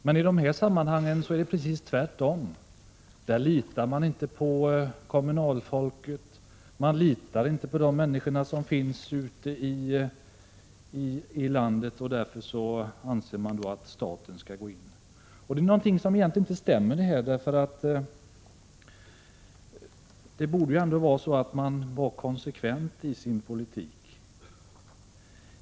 Men i det här sammanhanget är det precis tvärtom — här litar man inte på kommunalfolket eller på människorna ute i landet och anser därför att staten skall gå in. Det är någonting som inte stämmer. Man borde väl ändå vara konsekvent i sin politik.